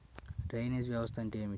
Drainage వ్యవస్థ అంటే ఏమిటి?